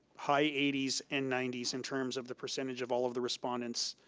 high eighty s and ninety s in terms of the percentage of all of the respondents